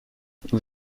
vous